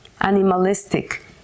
animalistic